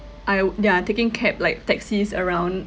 I wou~ ya taking cab like taxis around